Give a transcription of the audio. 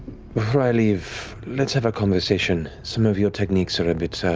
before i leave, let's have a conversation. some of your techniques are a bit so